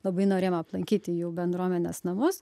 labai norėjom aplankyti jų bendruomenės namus